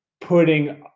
putting